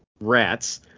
rats